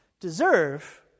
Deserve